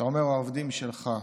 אתה אומר "העובדים שלך".